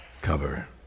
cover